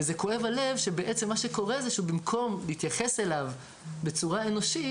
וכואב הלב שמה שקורה זה בעצם שבמקום להתייחס אליו בצורה אנושית,